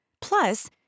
Plus